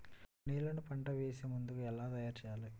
నేలను పంట వేసే ముందుగా ఎలా తయారుచేయాలి?